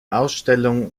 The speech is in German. ausstellungen